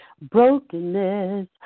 Brokenness